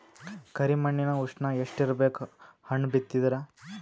ಕರಿ ಮಣ್ಣಿನ ಉಷ್ಣ ಎಷ್ಟ ಇರಬೇಕು ಹಣ್ಣು ಬಿತ್ತಿದರ?